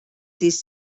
these